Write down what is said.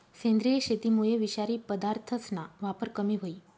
सेंद्रिय शेतीमुये विषारी पदार्थसना वापर कमी व्हयी